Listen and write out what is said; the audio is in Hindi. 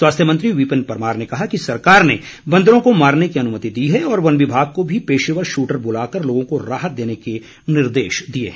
स्वास्थ्य मंत्री विपिन परमार ने कहा कि सरकार ने बंदरों को मारने की अनुमति दी है और वन विभाग को भी पेशेवर शूटर बुलाकर लोगों को राहत देने के निर्देश दिए हैं